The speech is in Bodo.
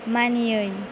मानियै